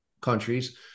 countries